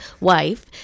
wife